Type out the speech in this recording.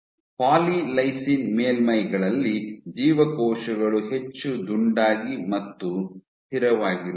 polylysine ಮೇಲ್ಮೈಗಳಲ್ಲಿ ಜೀವಕೋಶಗಳು ಹೆಚ್ಚು ದುಂಡಾಗಿ ಮತ್ತು ಸ್ಥಿರವಾಗಿರುತ್ತವೆ